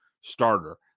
starter